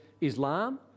Islam